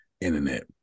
internet